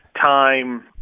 time